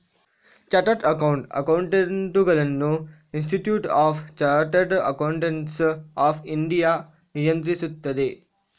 chartered ಅಕೌಂಟೆಂಟುಗಳನ್ನು institute of chartered accountants of India ನಿಯಂತ್ರಿಸುತ್ತದೆ